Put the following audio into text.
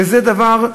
שזה דבר,